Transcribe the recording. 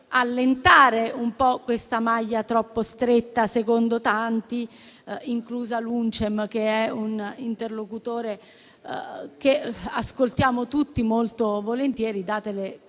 allentare un po' questa maglia troppo stretta secondo tanti, inclusa l'UNCEM, che è un interlocutore che ascoltiamo tutti molto volentieri, date le competenze